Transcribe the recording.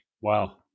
Wow